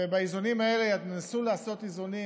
ובאיזונים האלה ניסו לעשות איזונים